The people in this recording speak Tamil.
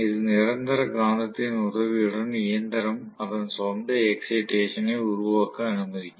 இது நிரந்தர காந்தத்தின் உதவியுடன் இயந்திரம் அதன் சொந்த எக்ஸைடேசன் ஐ உருவாக்க அனுமதிக்கும்